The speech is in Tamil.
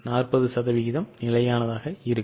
40 சதவீதம் அதாவது நிலையானதாக இருக்கும்